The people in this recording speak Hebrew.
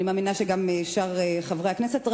אני מאמינה שגם שאר חברי הכנסת.